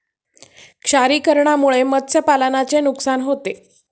क्षारीकरणामुळे मत्स्यपालनाचे नुकसान होते